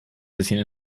bisschen